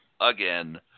again